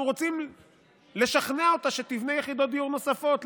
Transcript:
רוצים לשכנע אותה שתבנה יחידות דיור נוספות.